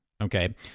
Okay